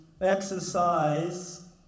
exercise